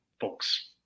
folks